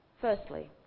Firstly